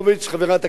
חברת הכנסת,